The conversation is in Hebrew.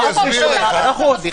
תסבירו לנו את זה עניינית.